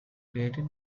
created